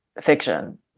fiction